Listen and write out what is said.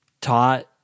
taught